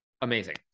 Amazing